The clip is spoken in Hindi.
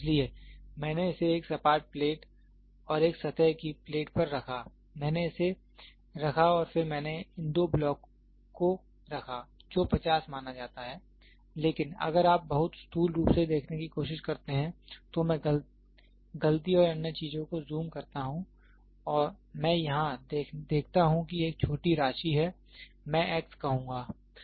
इसलिए मैंने इसे एक सपाट प्लेट और एक सतह की प्लेट पर रखा मैंने इसे रखा और फिर मैंने इन दो ब्लॉक को रखा जो 50 माना जाता है लेकिन अगर आप बहुत स्थूल रूप से देखने की कोशिश करते हैं तो मैं गलती और अन्य चीजों को ज़ूम करता हूं मैं यहाँ देखता हूं की एक छोटी राशि है मैं x कहूँगा